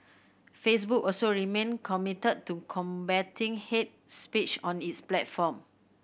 Facebook also remain committed to combating hate speech on its platform